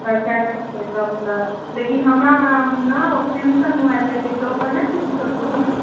लेकिन हमरा ने सैमसंग के मोबाइल लेनाइ छै से ओहिपर नहि छै किछो छुट